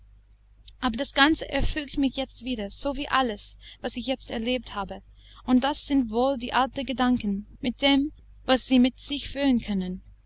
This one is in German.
aber das ganze erfüllt mich jetzt wieder sowie alles was ich jetzt erlebt habe und das sind wohl die alten gedanken mit dem was sie mit sich führen können